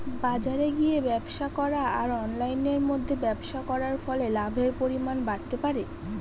বাজারে গিয়ে ব্যবসা করা আর অনলাইনের মধ্যে ব্যবসা করার ফলে লাভের পরিমাণ বাড়তে পারে?